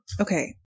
Okay